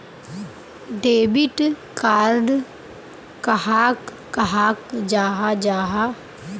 Debit card कहाक कहाल जाहा जाहा?